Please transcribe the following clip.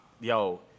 yo